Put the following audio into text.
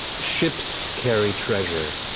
ships carry treasure.